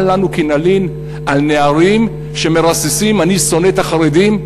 מה לנו כי נלין על נערים שמרססים "אני שונא את החרדים",